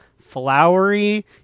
flowery